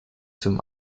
zum